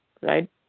right